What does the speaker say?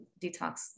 detox